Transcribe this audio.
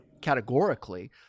categorically